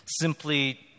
simply